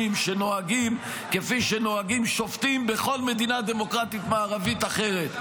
שנוהגים כפי שנוהגים שופטים בכל מדינה דמוקרטית מערבית אחרת.